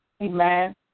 amen